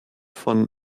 von